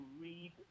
read